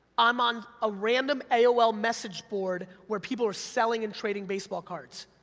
i'm on a random aol message board where people are selling and trading baseball cards.